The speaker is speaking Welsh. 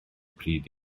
pryd